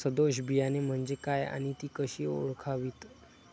सदोष बियाणे म्हणजे काय आणि ती कशी ओळखावीत?